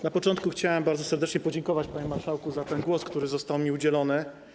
Na początku chciałbym bardzo serdecznie podziękować, panie marszałku, za ten głos, którego został mi udzielony.